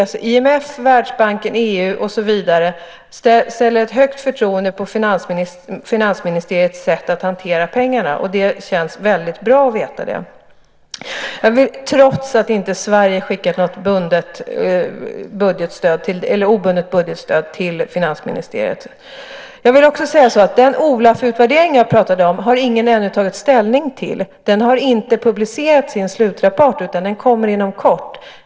IMF, Världsbanken, EU, och så vidare, har ett högt förtroende för finansministeriets sätt att hantera pengarna. Det känns väldigt bra att veta det, trots att Sverige inte har skickat något obundet budgetstöd till finansministeriet. Den OLAF-utvärdering som jag pratade om har ännu ingen tagit ställning till. Den har inte publicerats i en slutrapport, utan den kommer inom kort.